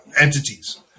entities